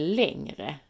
längre